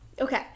okay